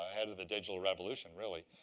ahead of the digital revolution, really.